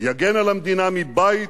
יגן על המדינה מבית